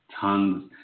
Tons